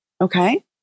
okay